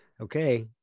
Okay